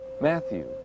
Matthew